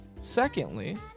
Secondly